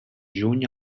juny